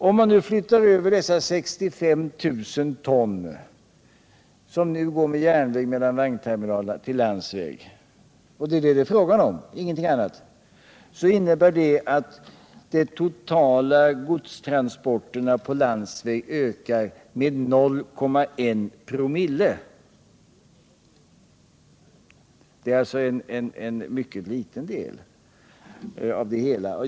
Om man flyttar över de 65 000 ton som går med järnväg mellan vagnterminalerna till landsväg — det är detta det är fråga om; ingenting annat — innebär det att de totala godstransporterna på landsväg ökar med 0,1 ?/oo. Det är alltså en mycket liten del av det hela.